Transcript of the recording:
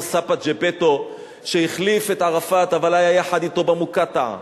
אותו סבא ג'פטו שהחליף את ערפאת אבל היה יחד אתו במוקטעה,